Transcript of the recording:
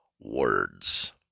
words